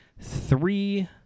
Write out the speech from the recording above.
three